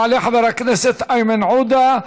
יעלה חבר הכנסת איימן עודה,